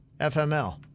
FML